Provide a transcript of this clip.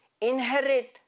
inherit